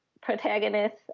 protagonist